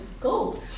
go